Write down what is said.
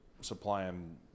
supplying